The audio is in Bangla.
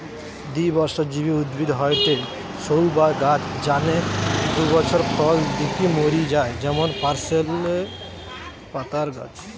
দ্বিবর্ষজীবী উদ্ভিদ হয়ঠে সৌ সব গাছ যানে দুই বছর ফল দিকি মরি যায় যেমন পার্সলে পাতার গাছ